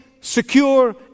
secure